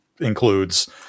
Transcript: includes